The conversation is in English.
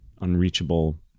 unreachable